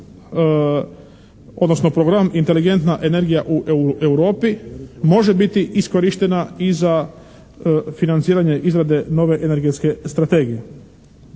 odnosno program «Inteligentna energija u Europi» može biti iskorištena i za financiranje izrade nove energetske strategije.